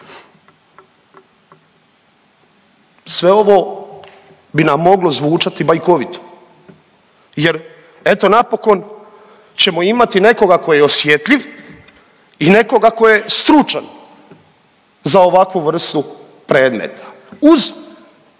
sve ovo bi nam moglo zvučati bajkovito jer eto napokon ćemo imati nekoga ko je osjetljiv i nekoga ko je stručan za ovakvu vrstu predmeta uz